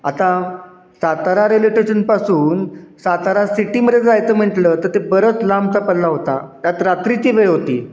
आता सातारा रेल्वे टेशनपासून सातारा सिटीमध्ये जायचं म्हटलं तर ते बरंच लांबचा पल्ला होता त्यात रात्रीची वेळ होती